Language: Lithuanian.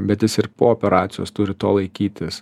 bet jis ir po operacijos turi to laikytis